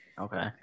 Okay